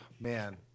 Man